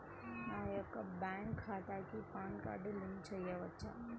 నా యొక్క బ్యాంక్ ఖాతాకి పాన్ కార్డ్ లింక్ చేయవచ్చా?